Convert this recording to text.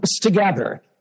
together